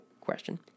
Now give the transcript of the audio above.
question